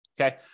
Okay